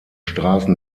straßen